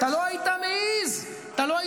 אם היית יודע איזו רשת זו,